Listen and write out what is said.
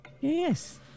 Yes